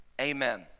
amen